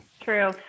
true